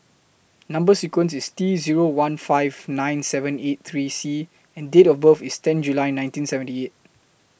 Number sequence IS T Zero one five nine seven eight three C and Date of birth IS ten July nineteen seventy eight